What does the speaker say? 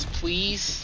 please